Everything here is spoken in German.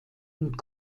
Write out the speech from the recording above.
und